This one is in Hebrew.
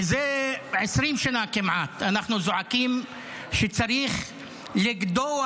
מזה 20 שנה כמעט אנחנו זועקים שצריך לגדוע